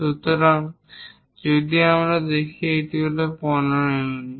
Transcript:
সুতরাং যদি আমরা দেখি এটি হল 15 ইউনিট